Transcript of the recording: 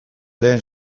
lehen